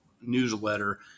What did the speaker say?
newsletter